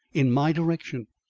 in my direction.